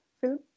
film